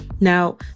Now